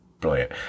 brilliant